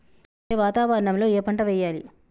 ఏ వాతావరణం లో ఏ పంట వెయ్యాలి?